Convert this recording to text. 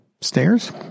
stairs